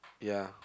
ya